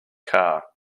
car